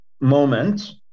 moment